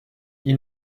ils